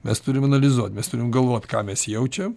mes turim analizuot mes turim galvot ką mes jaučiam